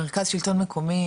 מרכז שלטון מקומי,